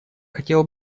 хотела